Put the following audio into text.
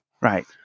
right